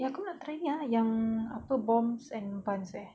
eh aku nak try ni ah yang apa Boms and Buns eh